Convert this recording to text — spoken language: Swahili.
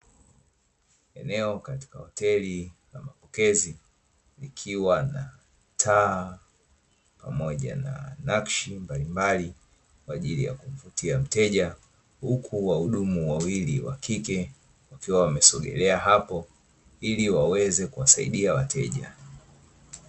Eneo katika hoteli na mapokezi ikiwa na taa pamoja na nakshi mbalimbali kwaajili ya kumvutia mteja. Huku wahudumu wawili wa kike wakiwa wamesogelea hapo ili waweze kuwasaidia wateja.